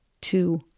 two